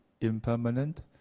impermanent